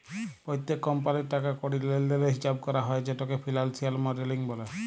প্যত্তেক কমপালির টাকা কড়ির লেলদেলের হিচাব ক্যরা হ্যয় যেটকে ফিলালসিয়াল মডেলিং ব্যলে